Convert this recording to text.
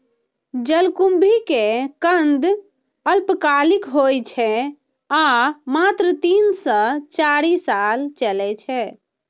जलकुंभी के कंद अल्पकालिक होइ छै आ मात्र तीन सं चारि साल चलै छै